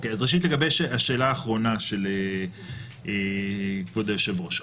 לגבי השאלה האחרונה של כבוד היושב-ראש,